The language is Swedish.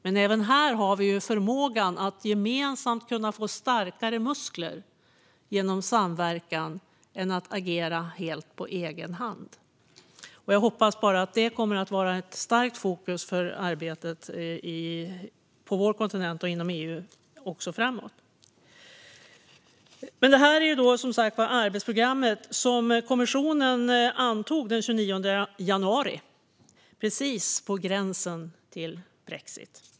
Men även här har vi förmågan att gemensamt få starkare muskler genom samverkan snarare än genom att agera helt på egen hand. Jag hoppas att det kommer att vara ett starkt fokus på detta i arbetet på vår kontinent och inom EU också framöver. Nu gäller det som sagt det arbetsprogram som kommissionen antog den 29 januari, precis på gränsen till brexit.